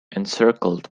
encircled